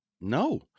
No